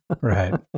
Right